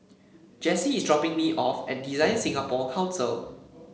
Jessi is dropping me off at Design Singapore Council